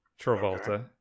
Travolta